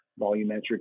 volumetric